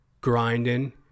grinding